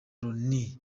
loni